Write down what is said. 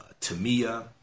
Tamia